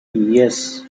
yes